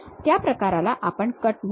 त्या प्रकाराला आपण कट म्हणतो